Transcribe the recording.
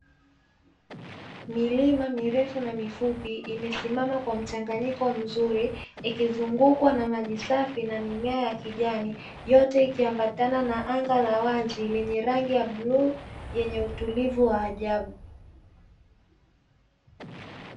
Milima mirefu na mifupi imesimama kwa mchanganyiko mzuri ikizungukwa na maji safi na mimea ya kijani, yote ikiambatana na anga la wazi lenye rangi ya bluu yenye utulivu wa ajabu.